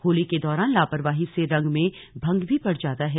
होली के दौरान लापरवाही से रंग में भंग भी पड़ जाता है